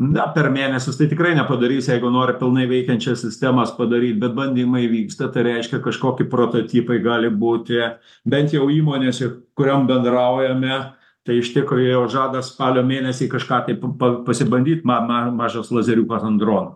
na per mėnesius tai tikrai nepadarys jeigu nori pilnai veikiančias sistemas padaryt bet bandymai vyksta tai reiškia kažkoki prototipai gali būti bent jau įmonėse kuriom bendraujame tai iš tikro jie jau žada spalio mėnesį kažką taip pa pasibandyt ma ma mažas lazeriukas ant drono